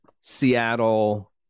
Seattle